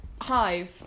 Hive